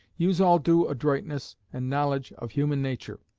use all due adroitness and knowledge of human nature,